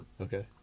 okay